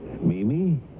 Mimi